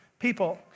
people